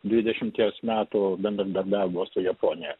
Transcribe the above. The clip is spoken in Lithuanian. dvidešimties metų bendradarbiavimo su japonija